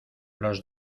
los